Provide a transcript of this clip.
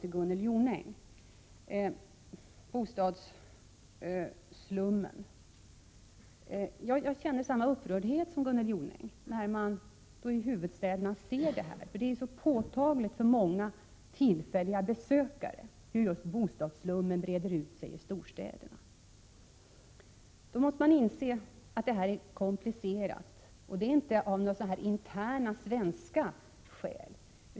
Hon talade bl.a. om bostadsslummen. Jag känner samma upprördhet som Gunnel Jonäng när man ser bostadsslummen i huvudstäderna. Det är så påtagligt för många tillfälliga besökare att bostadsslummen breder ut sig i storstäderna. Man måste inse att detta är komplicerat, dock inte av interna svenska skäl.